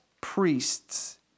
priests